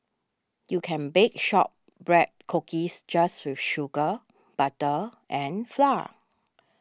you can bake Shortbread Cookies just with sugar butter and flour